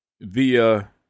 via